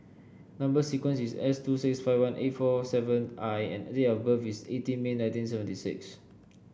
number sequence is S two six five one eight four seven I and date of birth is eighteen May nineteen seventy six